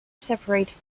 separate